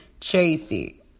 Tracy